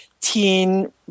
teen